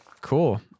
cool